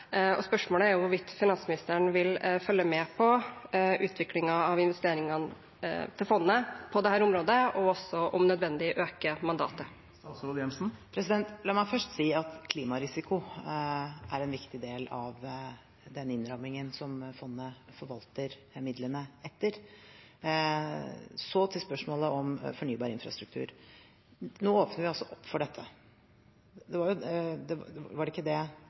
Spørsmålet er hvorvidt finansministeren vil følge med på utviklingen av investeringene til fondet på dette området, og også om nødvendig øke mandatet. La meg først si at klimarisiko er en viktig del av den innrammingen som fondet forvalter midlene etter. Så til spørsmålet om fornybar infrastruktur: Nå åpner vi altså opp for dette. Vi har gjort det